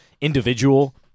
individual